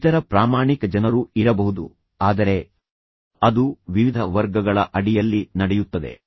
ಇತರ ಪ್ರಾಮಾಣಿಕ ಜನರು ಇರಬಹುದು ಆದರೆ ಅದು ವಿವಿಧ ವರ್ಗಗಳ ಅಡಿಯಲ್ಲಿ ನಡೆಯುತ್ತದೆ